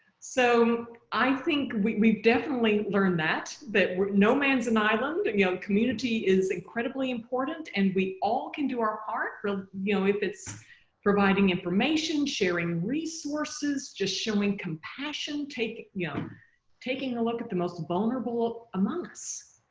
so i think we've definitely learn that, but that no man's an island and you know community is incredibly important and we all can do our part really you know if it's providing information, sharing resources, just showing compassion, taking you know taking a look at the most vulnerable among us.